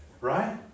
right